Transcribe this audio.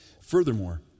Furthermore